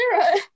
Sarah